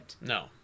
No